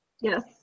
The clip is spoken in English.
Yes